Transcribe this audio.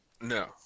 No